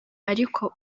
ariko